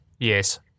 Yes